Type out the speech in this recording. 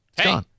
hey